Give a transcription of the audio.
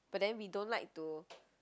but then we don't like to